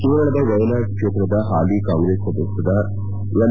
ಕೇರಳದ ವಯನಾಡ್ ಕ್ಷೇತ್ರದ ಹಾಲಿ ಕಾಂಗ್ರೆಸ್ ಸಂಸದ ಎಂ